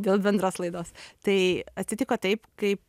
dėl bendros laidos tai atsitiko taip kaip